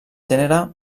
gènere